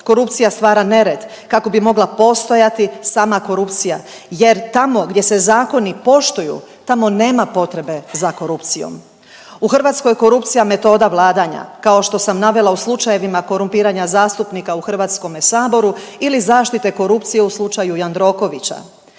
korupcija stvara nered kako bi mogla postojati sama korupcija. Jer tamo gdje se zakoni poštuju tamo nema potrebe za korupcijom. U Hrvatskoj je korupcija metoda vladanja kao što sam navela u slučajevima korumpiranja zastupnika u Hrvatskome saboru ili zaštite korupcije u slučaju Jandrokovića.